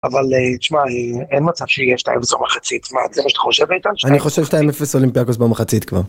אבל תשמע, אה, אין מצב שיש להם זו מחצית. מה, זה מה שאתה חושב איתן? אני חושב שתיים אפס עולים באפס במחצית כבר.